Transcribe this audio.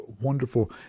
wonderful